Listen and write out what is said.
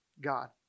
God